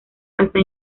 hasta